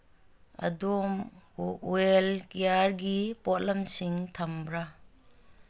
ꯑꯗꯣꯝ ꯑꯣꯏꯜ ꯀꯤꯌꯔꯒꯤ ꯄꯣꯠꯂꯝꯁꯤꯡ ꯊꯝꯕ꯭ꯔꯥ